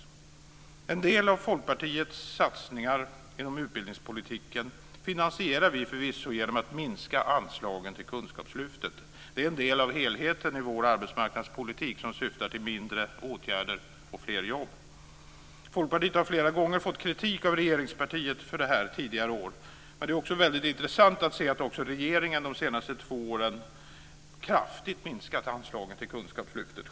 En del av Folkpartiets satsningar inom utbildningspolitiken finansierar vi förvisso genom att minska anslagen till Kunskapslyftet; det är en del av helheten i vår arbetsmarknadspolitik som syftar till färre åtgärder och fler jobb. Folkpartiet har flera gånger under tidigare år fått kritik av regeringspartiet för detta men det är också väldigt intressant att se att även regeringen under de senaste två åren kraftigt har minskat anslagen till Kunskapslyftet.